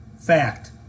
Fact